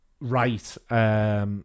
right